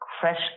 fresh